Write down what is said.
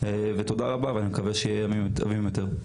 תודה רבה, אני מקווה שיהיו ימים טובים יותר.